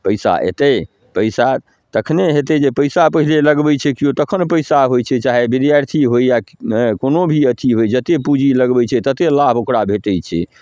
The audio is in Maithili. पइसा अएतै पइसा तखने हेतै जे पइसा पहिले लगबै छै केओ तखन पइसा होइ छै चाहे विद्यार्थी होइ या हेँ कोनो भी अथी होइ जतेक पूँजी लगबै छै ततेक लाभ ओकरा भेटै छै